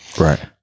Right